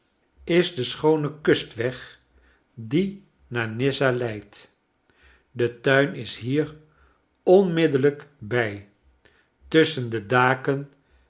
is de schoone kunstweg die naar nizza leidt de tuin is hier onmiddellijk bij tusschen de daken